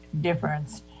difference